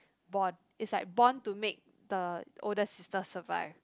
born is like born to make the older sister survive